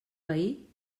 veí